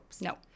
no